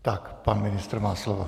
Tak, pan ministr má slovo.